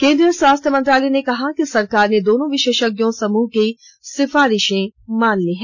केंद्रीय स्वास्थ्य मंत्रालय ने कहा कि सरकार ने दोनों विशेषज्ञ समूह की सिफारिशें मान ली हैं